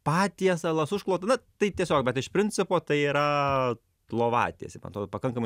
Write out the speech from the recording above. patiesalas užklot na tai tiesiog bet iš principo tai yra lovatiesė man atro pakankamai